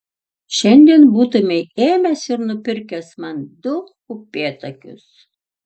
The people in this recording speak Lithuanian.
šiandien būtumei ėmęs ir nupirkęs man du upėtakius